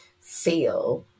feel